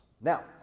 Now